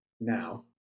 now